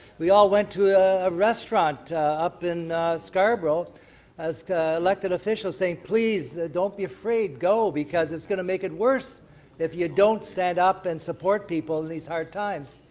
we all went to a restaurant up in scarborough as elected officials saying please don't be afraid go, because it's going to make it worse if you don't stand up and support people in these hard times.